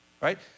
right